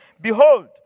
Behold